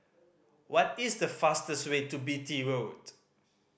what is the fastest way to Beatty Road